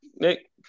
Nick